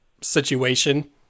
situation